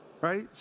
right